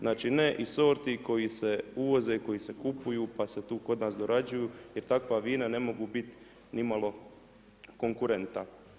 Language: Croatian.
Znači ne iz sorti koji se uvoze, koji se kupuju pa se tu kod nas dorađuju jer takva vina ne mogu bit nimalo konkurenta.